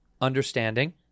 understanding